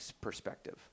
perspective